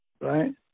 right